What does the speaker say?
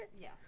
Yes